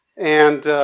and